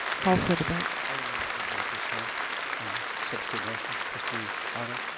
call for the vote. other members of the board at this time on substitute motion. trustee otto.